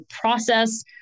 process